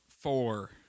four